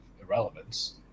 irrelevance